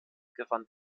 gewann